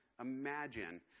Imagine